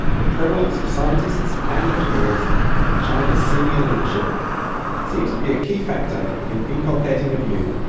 the prevalence of scientists and engineers in china's senior leadership seems to be a key factor in inculcating a view,